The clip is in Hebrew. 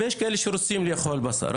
אבל יש כאלה שרוצים לאכול בשר,